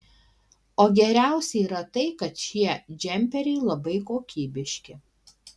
o geriausia yra tai kad šie džemperiai labai kokybiški